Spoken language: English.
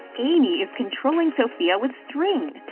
amy is controlling sophia with string!